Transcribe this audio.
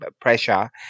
pressure